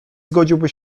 zgodziłby